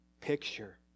picture